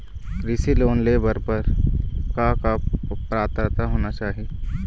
कृषि लोन ले बर बर का का पात्रता होना चाही?